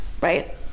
Right